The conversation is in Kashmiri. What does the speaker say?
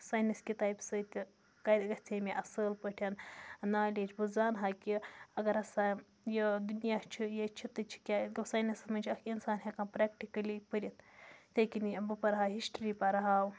ساینَس کِتابہِ سۭتۍ تہٕ گژھِ ہا مےٚ اَصٕل پٲٹھۍ نالیج بہٕ زانہٕ ہا کہِ اگر ہَسا یہِ دُنیا چھُ یہ چھِ تہٕ کیٛاہ گوٚو ساینَسَس منٛز چھِ اَکھ اِنسان ہیٚکان پرٛٮ۪کٹِکٔلی پٔرِتھ یِتھَے کٔنۍ بہٕ پَرٕ ہا ہِشٹرٛی پَرٕ ہا